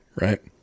right